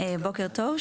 בוקר טוב,